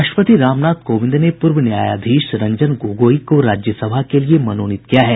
राष्ट्रपति रामनाथ कोविंद ने पूर्व न्यायधीश रंजन गोगोई को राज्यसभा के लिए मनोनीत किया है